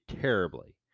terribly